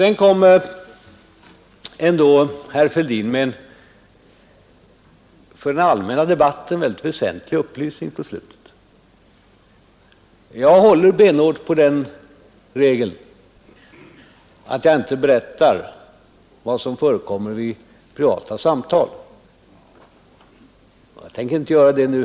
Herr Fälldin lämnade ändå på slutet en för den allmänna debatten mycket väsentlig upplysning. Jag håller benhårt på den regeln att jag inte berättar vad som förekommer vid privata samtal, och jag tänker inte heller göra det nu.